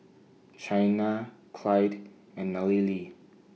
Chynna Clide and Nallely